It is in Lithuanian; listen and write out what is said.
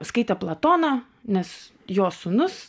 skaitė platoną nes jo sūnus